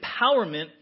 empowerment